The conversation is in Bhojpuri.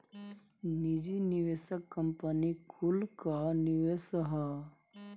निजी निवेशक कंपनी कुल कअ निवेश हअ